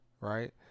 right